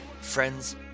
Friends